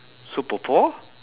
super four